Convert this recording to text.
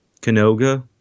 Canoga